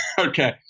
Okay